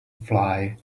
fly